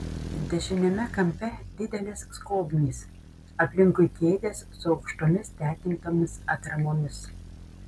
dešiniame kampe didelės skobnys aplinkui kėdės su aukštomis tekintomis atramomis